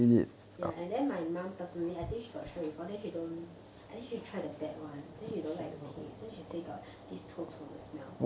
ya and then my mum personally I think she got try before then she told me I think she try the bad one then don't like then she say got this 臭臭的 smell